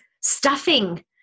stuffing